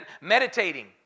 Meditating